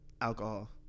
alcohol